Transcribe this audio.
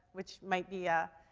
which might be a,